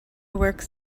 works